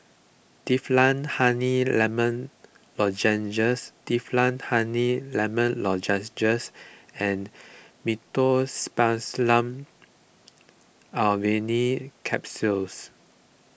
Difflam Honey Lemon Lozenges Difflam Honey Lemon Lozenges and Meteospasmyl Alverine Capsules